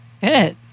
Good